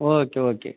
okay okay